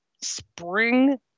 spring